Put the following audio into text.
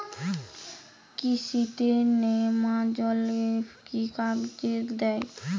কৃষি তে নেমাজল এফ কি কাজে দেয়?